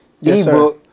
e-book